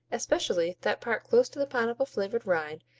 especially that part close to the pineapple-flavored rind,